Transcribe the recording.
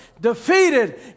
defeated